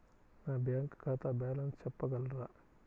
నా బ్యాంక్ ఖాతా బ్యాలెన్స్ చెప్పగలరా?